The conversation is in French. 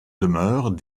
demeure